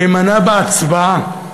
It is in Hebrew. להימנע בהצבעה.